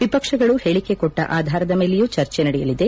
ವಿಪಕ್ಷಗಳು ಹೇಳಕೆ ಕೊಟ್ಟ ಆಧಾರದ ಮೇಲೆಯೂ ಚರ್ಚೆ ನಡೆಸಲಿದೆ